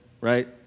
right